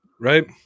right